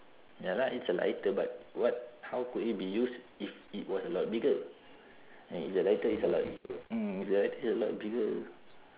ya lah it's a lighter but what how could it be used if it was a lot bigger and if the lighter is a lot mm the lighter is a lot bigger